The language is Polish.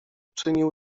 czynił